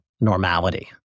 normality